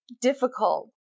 difficult